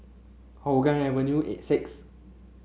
Hougang Avenue six